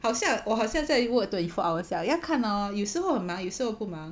好像我好像在 work twenty four hours 这样要看 oh 有时候忙有时候不忙